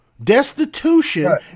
destitution